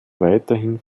weiterhin